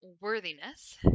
worthiness